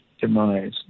demise